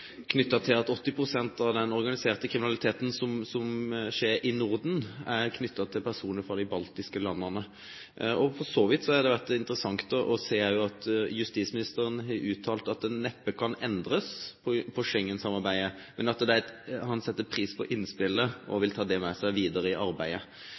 at 80 pst. av den organiserte kriminaliteten som skjer i Norden, er knyttet til personer fra de baltiske landene. For så vidt har det også vært interessant å se at justisministeren har uttalt at det neppe kan endres på Schengensamarbeidet, men at han setter pris på innspillet og